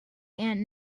aunt